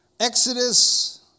Exodus